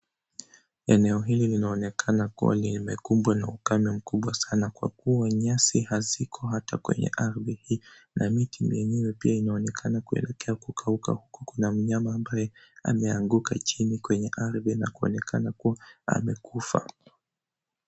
Eneo hili linaonekana kuwa limekumbwa na ukame mkubwa sana, kwa kuwa nyasi haziko hata kwenye ardhii hii na miti yenyewe inaonekana kuelekea kukauka huku kuna mnyama ambaye ameanguka chini kwenye ardhi na kuonekana kuwa amekufa.